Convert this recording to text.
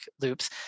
loops